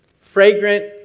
fragrant